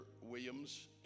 Williams